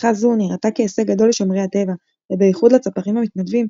הצלחה זו נראתה כהישג גדול לשומרי הטבע ובייחוד לצפרים המתנדבים,